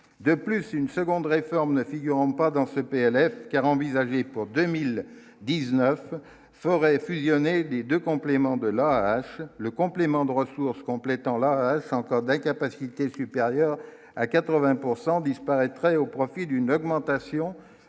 de plus une seconde réforme ne figurant pas dans ce PLFSS car envisagée pour 2019 forêt fusionner les 2 compléments de la le complément de ressources complétant encore d'incapacité supérieure à 80 pourcent disparaîtrait au profit d'une augmentation de la